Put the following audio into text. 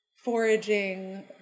foraging